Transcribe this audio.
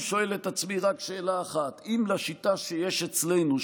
אני שואל את עצמי רק שאלה אחת: אם לשיטה שיש אצלנו,